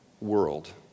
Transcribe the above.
world